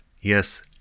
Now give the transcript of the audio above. Yes